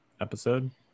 episode